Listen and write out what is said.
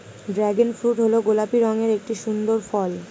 dragon fruit হল গোলাপি রঙের একটি সুন্দর ফল